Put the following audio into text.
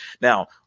Now